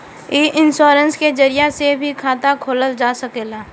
इ इन्शोरेंश के जरिया से भी खाता खोलल जा सकेला